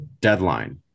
deadline